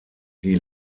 die